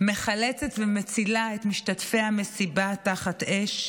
מחלצת ומצילה את משתתפי המסיבה תחת אש.